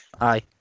Aye